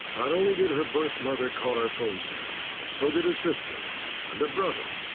not only did her birth mother call our phone center but so did a sister and brother,